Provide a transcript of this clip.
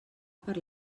per